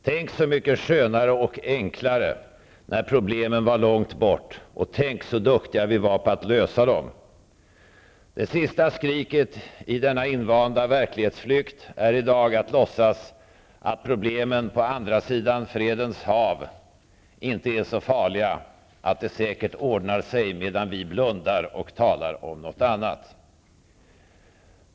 Tänk så mycket skönare och enklare när problemen var långt bort, och tänk så duktiga vi var på att lösa dem! Det sista skriket i denna invanda verklighetsflykt är i dag att låtsas att problemen på andra sidan Fredens hav inte är så farliga, att det säkert ordnar sig medan vi blundar och talar om något annat.